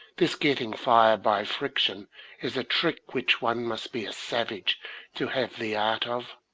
this getting fire by friction is a trick which one must be a savage to have the art of.